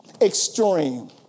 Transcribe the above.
extreme